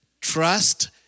Trust